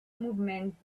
movement